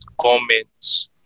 comments